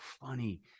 funny